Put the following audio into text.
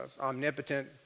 omnipotent